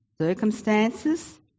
circumstances